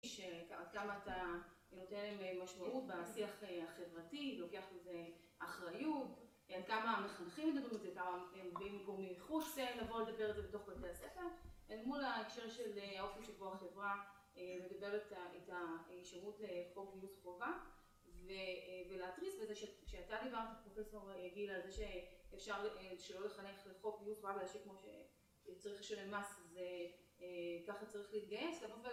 שעד כמה אתה נותן משמעות בשיח החברתי, לוקח על זה אחריות, עד כמה המחנכים ידאגו לזה, כמה הם מביאים גורמים מבחוץ לבוא לדבר את זה בתוך בתי הספר. אל מול ההקשר של האופן שבו החברה מדברת את השירות לחוק גיוס חובה, ולהתריס בזה שכשאתה דיברת, פרופסור גילה, על זה שאפשר שלא לחנך לחוק גיוס חובה, ולהשאיר כמו שצריך לשלם מס, אז אה.. ככה צריך להתגייס. לבוא ו...